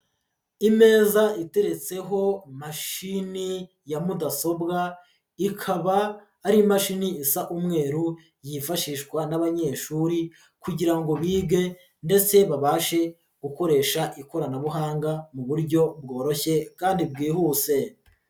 Imeza iteretseho mashini ya mudasobwa ikaba ar'imashini isa umweru yifashishwa n'abanyeshuri kugirango bige ndetse babashe gukoresha ikoranabuhanga mu buryo bworoshye kandi bwihuse.